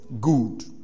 good